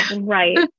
Right